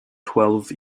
twelve